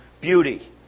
beauty